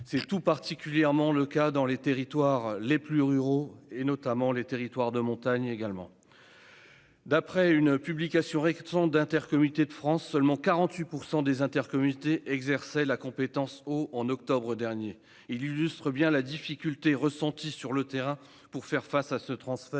C'est tout particulièrement le cas dans les territoires les plus ruraux et de montagne. D'après une publication récente d'Intercommunalités de France, seulement 48 % des intercommunalités exerçaient la compétence eau en octobre dernier. Ce chiffre illustre bien les difficultés ressenties sur le terrain pour faire face à ce transfert